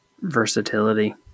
versatility